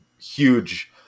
huge